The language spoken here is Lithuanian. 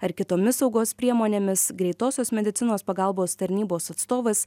ar kitomis saugos priemonėmis greitosios medicinos pagalbos tarnybos atstovas